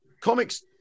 comics